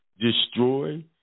destroy